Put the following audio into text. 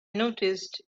noticed